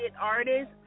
artists